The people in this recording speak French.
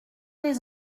les